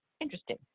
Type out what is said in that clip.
interesting